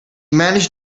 managed